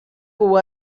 huwa